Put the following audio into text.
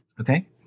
Okay